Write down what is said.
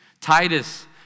Titus